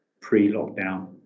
pre-lockdown